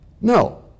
No